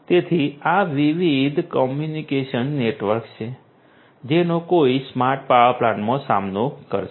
તેથી આ વિવિધ કોમ્યુનિકેશન નેટવર્ક્સ છે જેનો કોઈ સ્માર્ટ પાવર પ્લાન્ટમાં સામનો કરશે